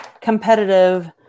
competitive